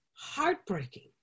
heartbreaking